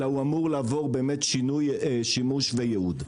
אלא הוא אמור לעבור באמת שינוי שימוש וייעוד.